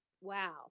wow